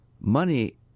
money